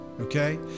Okay